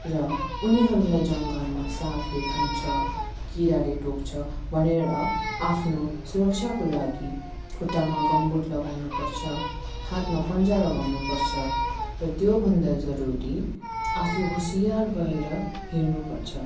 र उनीहरूलाई जङ्गलमा साँपले ठुँग्छ किराले टोक्छ भनेर आफ्नो सुरक्षाको लागि खुट्टामा गमबुट लगाउनुपर्छ हातमा पन्जा लगाउनुपर्छ र त्योभन्दा जरुरी आफू होसियार भएर हिँड्नुपर्छ